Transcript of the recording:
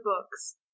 books